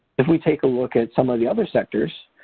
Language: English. if we take a look at some of the other sectors